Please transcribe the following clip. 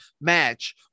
match